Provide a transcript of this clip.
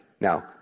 Now